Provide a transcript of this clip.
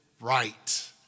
Right